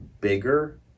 bigger